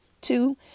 Two